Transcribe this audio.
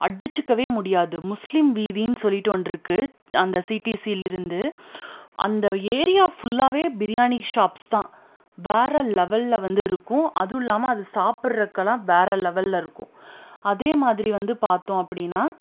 அடித்துக்கவே முடியாது முஸ்லீம் வீதினு சொல்லிட்டு ஒன்றிருக்கு அந்த சிடிசிலேருந்து அந்த ஏரியா ஃபுல்லாகவே பிரியாணி ஷாப்ஸ் தான் வேறு லெவலில் வந்து இருக்கும் அதுவும் இல்லாமல் அது சாப்புட்றதுக்கலாம் வேறு லெவல்லருக்கும் அதேமாதிரி வந்து பார்த்தோம் அப்படினா